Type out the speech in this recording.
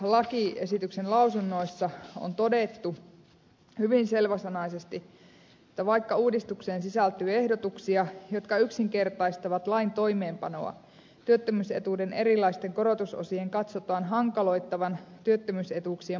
lakiesityksen lausunnoissa on todettu hyvin selväsanaisesti että vaikka uudistukseen sisältyy ehdotuksia jotka yksinkertaistavat lain toimeenpanoa työttömyysetuuden erilaisten korotusosien katsotaan hankaloittavan työttömyysetuuksien maksatusta